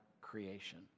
creation